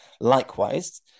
Likewise